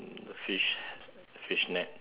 the fish the fish net